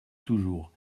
toujours